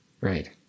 Right